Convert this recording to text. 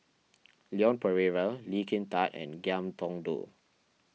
Leon Perera Lee Kin Tat and Ngiam Tong Dow